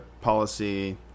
policy